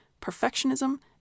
perfectionism